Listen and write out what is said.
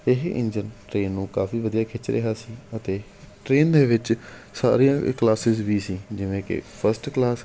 ਇਹ engine train ਨੂੰ ਕਾਫੀ ਵਧੀਆ ਖਿੱਚ ਰਿਹਾ ਸੀ ਅਤੇ ਟਰੇਨ ਦੇ ਵਿੱਚ ਸਾਰੀਆਂ ਕਲਾਸਿਜ ਵੀ ਸੀ ਜਿਵੇਂ ਕਿ ਫਸਟ ਕਲਾਸ